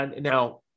now